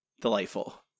delightful